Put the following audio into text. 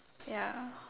ya